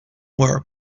were